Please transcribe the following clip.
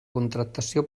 contractació